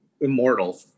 immortal